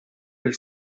del